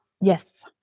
yes